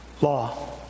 law